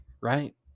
Right